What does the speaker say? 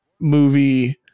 movie